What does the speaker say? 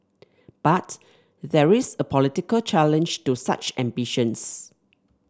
but there is a political challenge to such ambitions